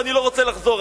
ואני לא רוצה לחזור.